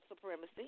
supremacy